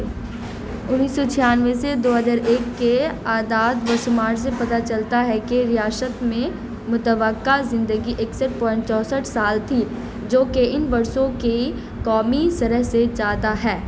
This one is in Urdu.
انیس سو چھیانوے سے دو ہزار ایک کے اعداد و شمار سے پتہ چلتا ہے کہ ریاست میں متوقع زندگی اکسٹھ پوائنٹ چونسٹھ سال تھی جو کہ ان برسوں کی قومی شرح سے زیادہ ہے